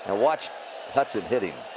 and watch hudson hit him.